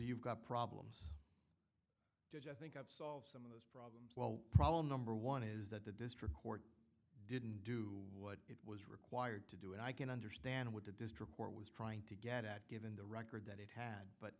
you've got problems i think of solve some of the problem well problem number one is that the district court didn't do what it was required to do and i can understand what the district court was trying to get at given the record that it had but